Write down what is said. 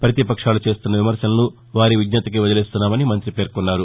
ప్రతిపక్షాలు చేస్తున్న విమర్భలను వారి విజ్ఞతకే వదిలేస్తున్నామని పేర్కొన్నారు